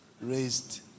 raised